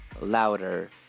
louder